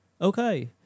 okay